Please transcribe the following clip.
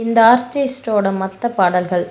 இந்த ஆர்டிஸ்ட்டோடய மற்ற பாடல்கள்